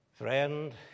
Friend